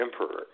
emperor